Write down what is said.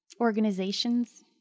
organizations